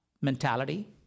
mentality